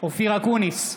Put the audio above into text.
אופיר אקוניס,